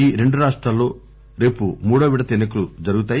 ఈ రెండు రాష్టాల్లో రేపు మూడవ విడత ఎన్నికలు జరుగుతాయి